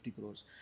crores